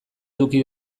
eduki